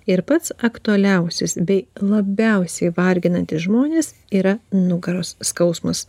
ir pats aktualiausias bei labiausiai varginantis žmones yra nugaros skausmas